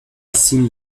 cime